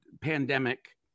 pandemic